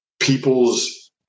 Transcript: people's